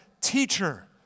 teacher